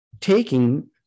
taking